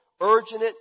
urgent